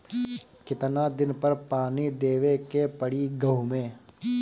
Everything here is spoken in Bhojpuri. कितना दिन पर पानी देवे के पड़ी गहु में?